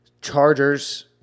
Chargers